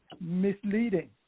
misleading